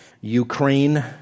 Ukraine